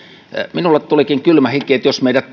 minulle tulikin kylmä hiki että jos meidät tunnetaan